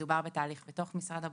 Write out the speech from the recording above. מדובר בתהליך בתוך משרד הבריאות.